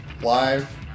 live